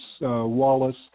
Wallace